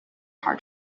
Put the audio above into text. car